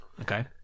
okay